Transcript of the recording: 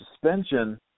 suspension